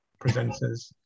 presenters